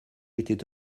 était